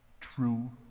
true